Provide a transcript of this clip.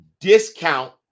discount